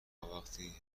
وقتی